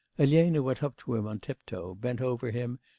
elena went up to him on tiptoe, bent over him,